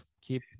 keep